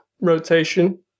rotation